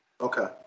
Okay